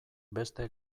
beste